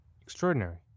Extraordinary